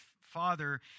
Father